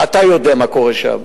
אתה יודע מה קורה שם.